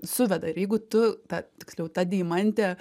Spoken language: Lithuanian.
suveda ir jeigu tu ta tiksliau ta deimantė